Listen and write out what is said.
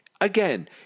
Again